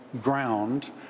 ground